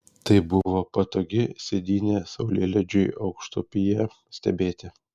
tai buvo patogi sėdynė saulėlydžiui aukštupyje stebėti